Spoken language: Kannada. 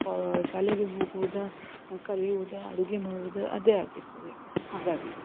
ಶಾಲೆಗೆ ಹೋಗುವುದೋ ಕಲಿಯುವುದೋ ಅಡುಗೆ ಮಾಡುವುದೋ ಅದೇ ಆಗಿರ್ತದೆ ಹಾಗಾಗಿ